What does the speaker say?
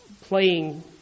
playing